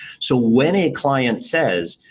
so, when a client says,